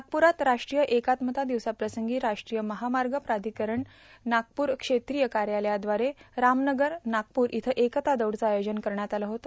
नागपू रात रष्ट्रीय एकत्म ता ी दवसप्र सं गीताष्ट्रीय महामाग प्राधिकरण नागपूर क्षेत्रीय कायालयाद्वारे रामनगर नागपू र ये थेएकता दौड चे आयोजन कण यात आले होते